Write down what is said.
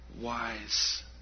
wise